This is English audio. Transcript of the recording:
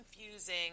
confusing